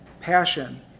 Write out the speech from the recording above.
passion